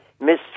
Miss